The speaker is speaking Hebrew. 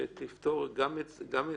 שוב,